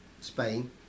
spain